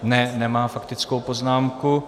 Ne, nemá faktickou poznámku.